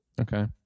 Okay